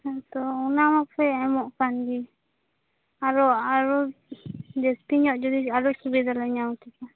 ᱦᱩᱸᱛᱚ ᱚᱱᱟ ᱢᱟᱯᱮ ᱮᱢᱚᱜ ᱠᱟᱱᱜᱮ ᱟᱨᱚ ᱟᱨᱚ ᱡᱟ ᱥᱛᱤ ᱧᱚᱜ ᱡᱩᱫᱤ ᱟᱨᱚ ᱥᱩᱵᱤᱫᱷᱟᱞᱮ ᱧᱟᱢ ᱠᱮᱭᱟ